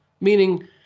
Meaning